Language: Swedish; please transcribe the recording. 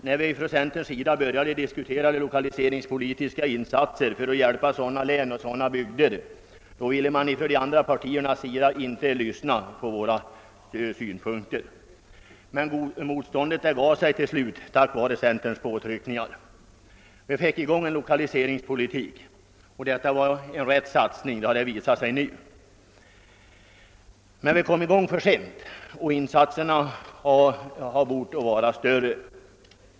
När centerpartiet började diskutera lokaliseringspolitiska insatser för att hjälpa sådana län och bygder, ville de andra partierna inte lyssna. Men motståndet upphörde till slut tack vare centerpartiets påtryckningar; vi fick i gång en lokaliseringspolitik, och att detta var den rätta satsningen har redan visat sig. Vi startade emellertid för sent och insatserna borde ha varit större.